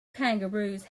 kangaroos